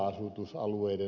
arvoisa puhemies